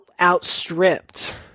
outstripped